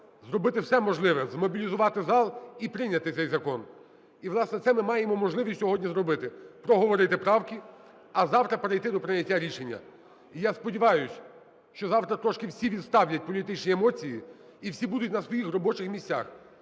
зробити все можливе, змобілізувати зал і прийняти цей закон. І власне, це ми маємо можливість сьогодні зробити: проговорити правки, а завтра перейти до прийняття рішення. І я сподіваюсь, що завтра трошки всі відставлять політичні емоції і всі будуть на своїх робочих місцях,